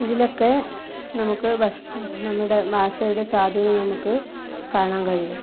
ഇതിലൊക്കെ നമുക്ക് ഭാഷയ്ക്ക് നമ്മുടെ ഭാഷയുടെ സ്വാധീനം നമുക്ക് കാണാൻ കഴിയും